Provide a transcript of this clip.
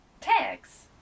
Tags